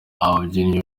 ababyinnyi